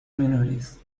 menores